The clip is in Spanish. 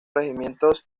regimientos